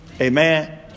Amen